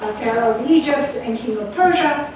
pharaoh of egypt, and king of persia.